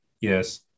yes